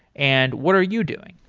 and what are you doing?